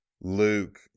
Luke